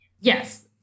Yes